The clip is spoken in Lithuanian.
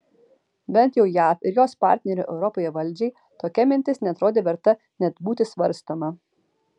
bent jau jav ir jos partnerių europoje valdžiai tokia mintis neatrodė verta net būti svarstoma